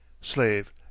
Slave